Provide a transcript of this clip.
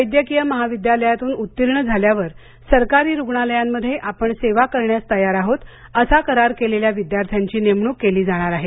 वैद्यकीय महाविद्यालयातून उत्तीर्ण झाल्यावर सरकारी रुग्णालयांमध्ये आपण सेवा करण्यास तयार आहोत असा करार केलेल्या विद्यार्थ्यांची नेमणूक केली जाणार आहे